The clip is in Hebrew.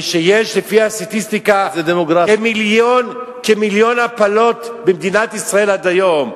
ושיש לפי הסטטיסטיקה כמיליון הפלות במדינת ישראל עד היום,